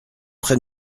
près